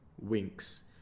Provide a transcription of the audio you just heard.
Winks